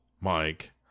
mike